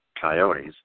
Coyotes